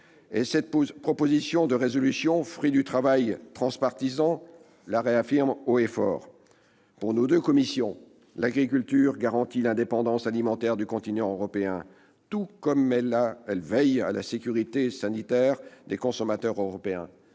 cette proposition de résolution, fruit d'un travail transpartisan, la réaffirme haut et fort. Pour nos deux commissions, l'agriculture garantit l'indépendance alimentaire du continent européen, tout comme elle veille à la sécurité sanitaire des consommateurs européens.